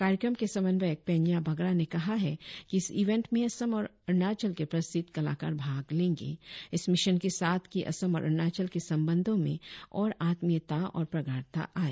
कार्यक्रम के समन्वयक पेन्या बागरा ने कहा है कि इस इवेंट में असम और अरुणाचल के प्रसिद्ध कलाकार भाग लेंगे इस मिशन के साथ कि असम और अरुणाचल के संबंधो में और आत्मीयता और प्रगाढ़ता आए